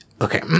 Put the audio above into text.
okay